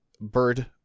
bird